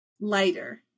lighter